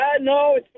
no